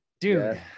Dude